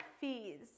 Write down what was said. fees